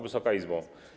Wysoka Izbo!